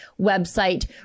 website